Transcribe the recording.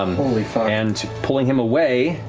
and pulling him away,